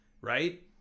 right